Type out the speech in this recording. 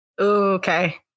Okay